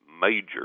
major